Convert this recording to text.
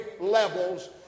levels